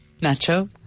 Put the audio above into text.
Nacho